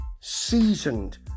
seasoned